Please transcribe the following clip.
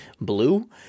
Blue